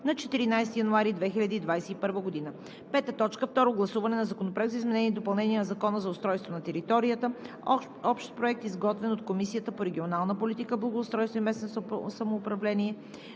на 14 януари 2021 г. 5. Второ гласуване на Законопроекта за изменение и допълнение на Закона за устройство на територията. Общ проект, изготвен от Комисията по регионална политика, благоустройство и местно самоуправление